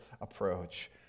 approach